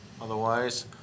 Otherwise